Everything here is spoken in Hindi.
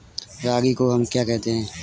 रागी को हम क्या कहते हैं?